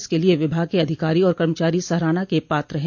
इसके लिये विभाग के अधिकारी और कर्मचारी सराहना के पात्र है